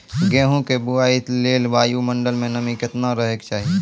गेहूँ के बुआई लेल वायु मंडल मे नमी केतना रहे के चाहि?